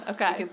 Okay